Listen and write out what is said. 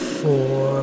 four